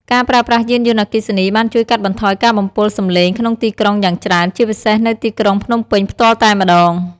ការប្រើប្រាស់យានយន្តអគ្គីសនី បានជួយកាត់បន្ថយការបំពុលសំលេងក្នុងទីក្រុងយ៉ាងច្រើន ជាពិសេសនៅទីក្រុងភ្នំពេញផ្ទាល់តែម្ដង។